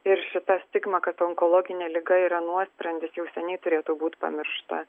ir šita stigma kad onkologinė liga yra nuosprendis jau seniai turėtų būt pamiršta